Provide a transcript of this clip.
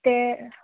तें